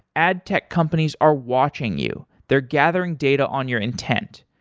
ad tech companies are watching you. they're gathering data on your intent.